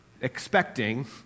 expecting